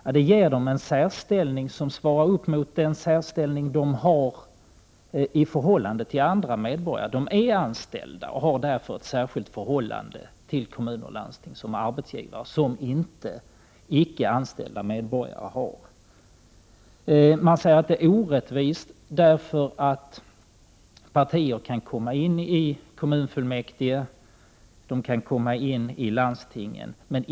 De ges visserligen en särställning som motsvarar den särställning som de har i förhållande till andra medborgare: de är anställda av och har därför ett särskilt förhållande till kommun och landsting som arbetsgivare, vilket inte de icke anställda medborgarna har. Man säger att det är orättvist att vissa partier, som kan komma in i kommunfullmäktige och i landsting, däremot inte kan bli representerade i Prot.